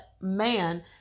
man